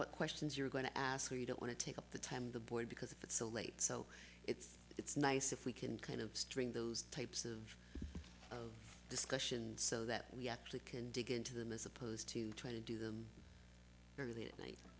what questions you're going to ask or you don't want to take up the time the boy because it's so late so it's it's nice if we can kind of string those types of discussions so that we actually can dig into them is opposed to trying to do them early at night